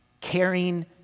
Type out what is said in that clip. caring